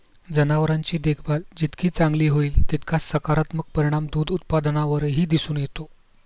जनावरांची देखभाल जितकी चांगली होईल, तितका सकारात्मक परिणाम दूध उत्पादनावरही दिसून येतो